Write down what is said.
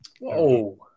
Whoa